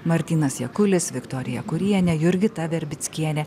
martynas jakulis viktorija kurienė jurgita verbickienė